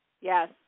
Yes